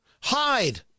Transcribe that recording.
Hide